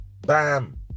bam